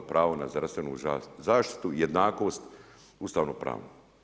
Pravo na zdravstvenu zaštitu, jednakost, ustavno pravo.